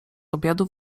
obiadu